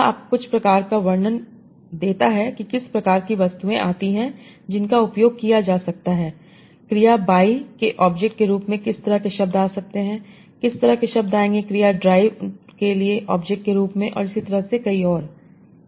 तो यह आपको कुछ प्रकार का वर्णन देता है कि किस प्रकार की वस्तुएँ आती हैं जिनका उपयोग किया जा सकता है क्रिया buy के ऑब्जेक्ट के रूप में किस तरह के शब्द आ सकते हैं किस तरह के शब्द आएँगे क्रिया ड्राइव के लिए ऑब्जेक्ट के रूप में और इसी तरह और भी